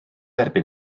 erbyn